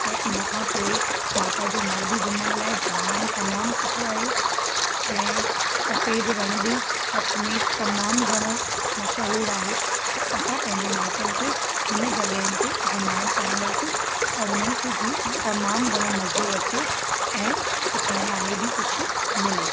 ऐं इन खां पोइ माता जो मढ़ बि घुमण लाइ जामु तमामु सुठो आहे ऐं सफ़ेद रणु बि कच्छ में तमामु घणो मशहूरु आहे त असां पंहिंजे माइटनि खे हिन जॻहियुनि ते घुमाइण चाहींदासीं त हुननि खे जीअं तमामु घणो मज़ो अचे ऐं सिखण लाइ बि कुझु मिले